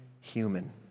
human